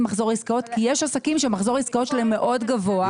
מחזור עסקאות כי יש עסקים שמחזור העסקאות שלהם מאוד גבוה.